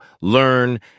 learn